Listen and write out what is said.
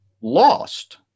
lost